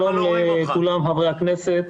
שלום לכל חברי הכנסת.